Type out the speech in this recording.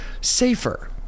safer